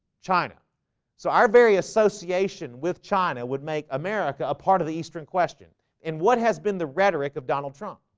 china so our very association with china would make america a part of the eastern question and what has been the rhetoric of donald trump